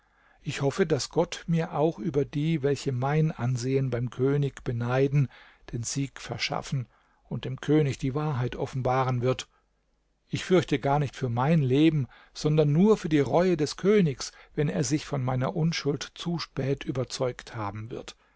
ich hoffe daß gott mir auch über die welche mein ansehen beim könig beneiden den sieg verschaffen und dem könig die wahrheit offenbaren wird ich fürchte gar nicht für mein leben sondern nur für die reue des königs wenn er sich von meiner unschuld zu spät überzeugt haben wird